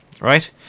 Right